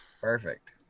Perfect